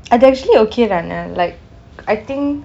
it's actually okay lah and like I think